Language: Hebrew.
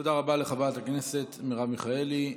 תודה רבה לחברת הכנסת מרב מיכאלי.